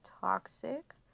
toxic